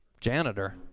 Janitor